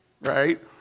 Right